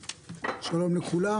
שלום לכולם,